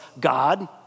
God